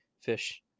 fish